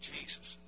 Jesus